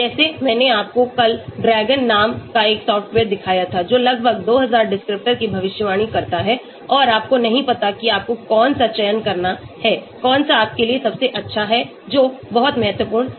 जैसे मैंने आपको कल DRAGON नाम का एक सॉफ्टवेयर दिखाया था जो लगभग 2000 डिस्क्रिप्टर की भविष्यवाणी करता है और आपको नहीं पता कि आपको कौन सा चयन करना है कौन सा आपके लिए सबसे अच्छा है जो बहुत महत्वपूर्ण है